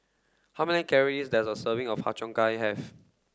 how many calories does a serving of Har Cheong Gai have